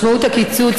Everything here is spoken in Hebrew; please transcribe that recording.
משמעות הקיצוץ,